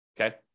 okay